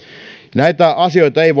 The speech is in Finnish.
näitä asioita ei